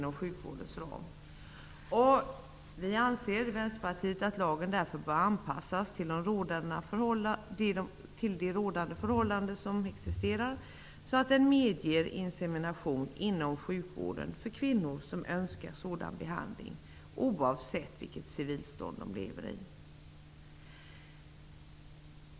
Vi i Vänsterpartiet anser därför att lagen bör anpassas till rådande förhållanden, så att den medger insemination inom sjukvården för kvinnor som önskar sådan behandling, oavsett vilket civilstånd de har.